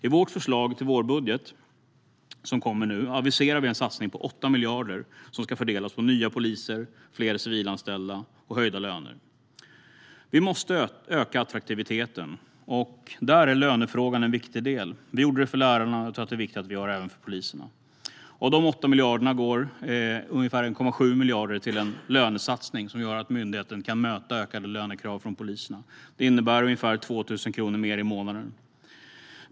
I vårt förslag till vårbudget, som kommer nu, aviserar vi en satsning på 8 miljarder som ska fördelas på nya poliser, fler civilanställda och höjda löner. Vi måste öka attraktiviteten. Där är lönefrågan en viktig del. Vi gjorde detta för lärarna, och jag tror att det är viktigt att vi gör det även för poliserna. Av de 8 miljarderna går ungefär 1,7 miljarder till en lönesatsning som gör att myndigheten kan möta ökade lönekrav från poliserna. Det innebär ungefär 2 000 kronor mer i månaden.